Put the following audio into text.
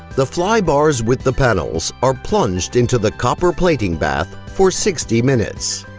the fly bars with the panels are plunged into the copper plating bath for sixty minutes.